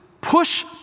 push